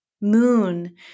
moon